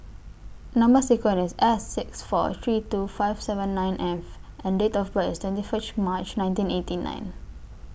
Number sequence IS S six four three two five seven nine F and Date of birth IS twenty frist March nineteen eighty nine